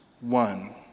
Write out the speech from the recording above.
one